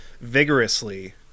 vigorously